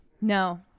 No